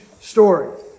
story